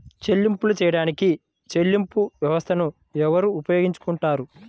చెల్లింపులు చేయడానికి చెల్లింపు వ్యవస్థలను ఎవరు ఉపయోగించుకొంటారు?